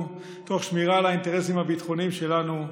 תוך שמירה על האינטרסים הביטחוניים שלנו,